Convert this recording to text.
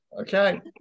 Okay